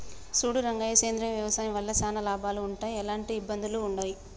సూడు రంగయ్య సేంద్రియ వ్యవసాయం వల్ల చానా లాభాలు వుంటయ్, ఎలాంటి ఇబ్బందులూ వుండయి